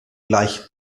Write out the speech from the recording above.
gleich